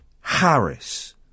Harris